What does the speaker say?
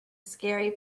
scary